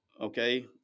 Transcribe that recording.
okay